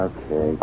Okay